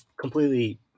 Completely